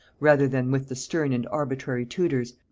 rather than with the stern and arbitrary tudors,